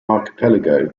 archipelago